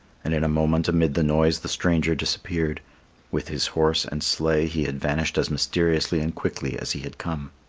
and in a moment amid the noise the stranger disappeared with his horse and sleigh he had vanished as mysteriously and quickly as he had come.